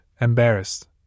embarrassed